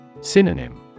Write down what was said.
Synonym